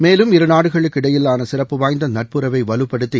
மேலும் இருநாடுகளுக்கு இடையிலான சிறப்பு வாய்ந்த நட்புறவை வலுப்படுத்தி